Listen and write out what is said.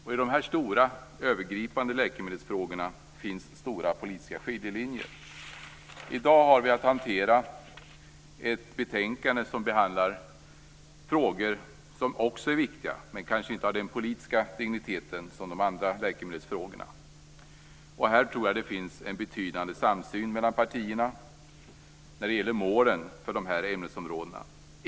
I de här stora, övergripande läkemedelsfrågorna finns stora politiska skiljelinjer. I dag har vi att hantera ett betänkande som behandlar frågor som också är viktiga men kanske inte har den politiska digniteten som de andra läkemedelsfrågorna. Jag tror att det finns en betydande samsyn mellan partierna när det gäller målen för de här ämnesområdena.